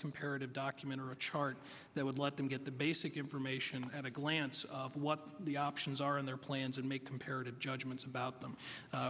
comparative documentary a chart that would let them get the basic information at a glance what the options are in their plans and make comparative judgments about them